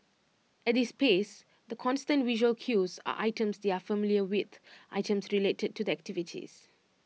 at this space the constant visual cues are items they are familiar with items related to the activities